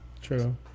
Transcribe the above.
True